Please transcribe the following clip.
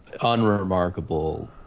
Unremarkable